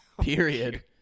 Period